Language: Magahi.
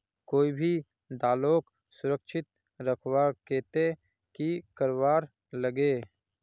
कोई भी दालोक सुरक्षित रखवार केते की करवार लगे?